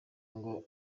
ngo